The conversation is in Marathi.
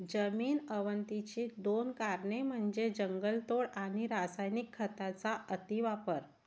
जमीन अवनतीची दोन कारणे म्हणजे जंगलतोड आणि रासायनिक खतांचा अतिवापर